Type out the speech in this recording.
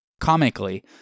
Comically